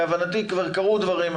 להבנתי כבר קרו דברים,